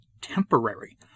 temporary